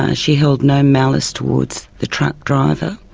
ah she held no malice towards the truck driver.